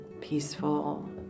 peaceful